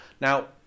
Now